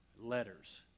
letters